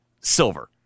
silver